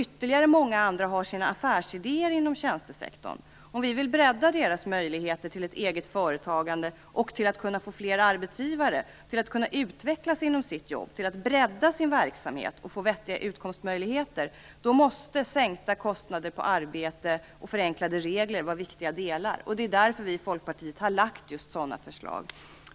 Ytterligare många andra har sina affärsidéer inom tjänstesektorn. Om vi vill öka deras möjligheter till ett eget företagande, öka möjligheterna för fler arbetsgivare att kunna utvecklas inom sitt jobb, bredda sin verksamhet och få vettiga utkomstmöjligheter måste sänkta kostnader på arbete och förenklade regler vara viktiga delar. Det är därför vi i Folkpartiet har lagt fram just sådana förslag.